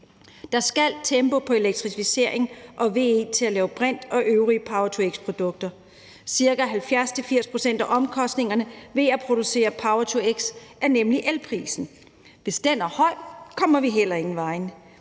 Der skal tempo på elektrificeringen og på VE til at lave brint og øvrige power-to-x-produkter. Ca. 70-80 pct. af omkostningerne ved at producere power-to-x er nemlig elprisen. Hvis den er høj, kommer vi ingen vegne.